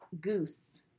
Goose